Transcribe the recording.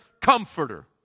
comforter